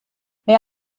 mehr